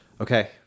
Okay